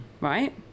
right